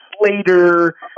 Slater